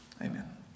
Amen